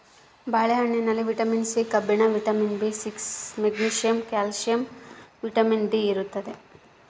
ಬಾಳೆ ಹಣ್ಣಿನಲ್ಲಿ vitamin C ಕಬ್ಬಿಣ vitamin B six magnesium calcium vitamin D ಇರ್ತಾದ